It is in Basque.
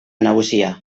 nagusia